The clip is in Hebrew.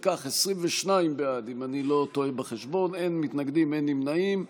אם כך, 22 בעד, אין מתנגדים, אין נמנעים.